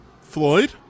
floyd